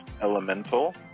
elemental